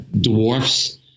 dwarfs